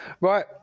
Right